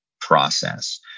process